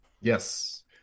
Yes